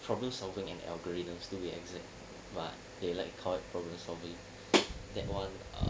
problem solving and algorithms to be exact but they like to call it problem solving that [one] err